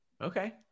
Okay